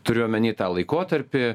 turiu omeny tą laikotarpį